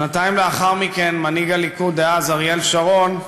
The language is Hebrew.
שנתיים לאחר מכן מנהיג הליכוד דאז אריאל שרון,